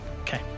Okay